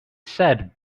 said